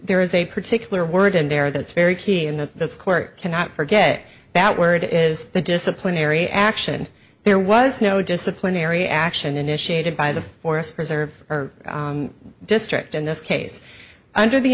there is a particular word in there that's very key in the court cannot forget that word is the disciplinary action and there was no disciplinary action initiated by the forest preserve district in this case under the